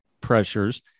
pressures